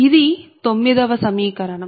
ఇది 9 వ సమీకరణం